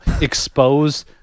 expose